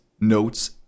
notes